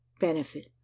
benefit